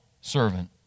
servant